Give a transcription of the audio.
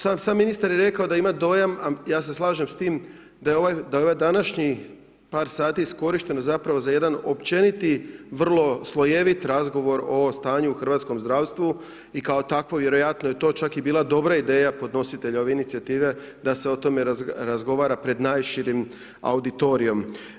Sam ministar je rekao da ima dojam, ja se slažem s tim, da je ovaj današnji par sati iskorišten zapravo za jedan općeniti vrlo slojeviti razgovor o stanju u hrvatskom zdravstvu i kao takvo, vjerojatno je to čak bila i dobra ideja podnositelja ove inicijative da se o tome razgovara pred najširim auditorijem.